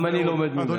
גם אני לומד ממנו.